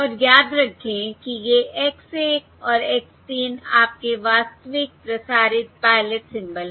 और याद रखें कि ये X 1 और X 3 आपके वास्तविक प्रसारित पायलट सिंबल हैं